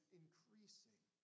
increasing